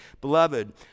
Beloved